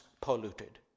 polluted